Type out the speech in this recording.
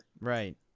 Right